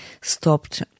stopped